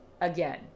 Again